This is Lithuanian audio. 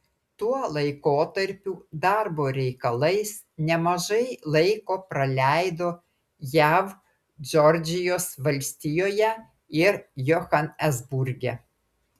tuo laikotarpiu darbo reikalais nemažai laiko praleido jav džordžijos valstijoje ir johanesburge